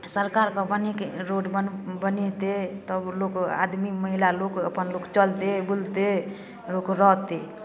सरकारके बनाके रोड बने बनेतै तब लोक आदमी महिला लोक अपन लोक चलतै बुलतै लोक रहतै